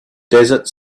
desert